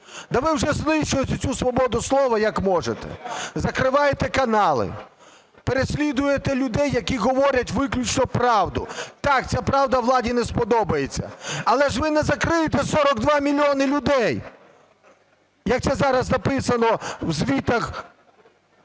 Та ви вже знищуєте цю свободу слова як можете: закриваєте канали, переслідуєте людей, які говорять виключно правду. Так, ця правда владі не сподобається, але ж ви не закриєте 42 мільйони людей, як це зараз записано у звітах